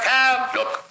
Look